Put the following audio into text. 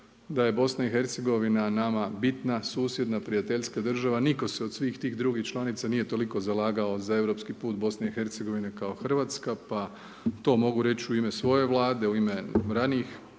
da je BiH-a nama bitna, susjedna, prijateljska država, nitko se od svih tih drugih članica nije toliko zalagao za europski put BiH-a kao Hrvatska pa to mogu reći u ime svoje Vlade, u ime ranijih